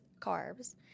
carbs